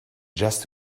just